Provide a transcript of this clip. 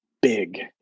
big